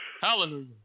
Hallelujah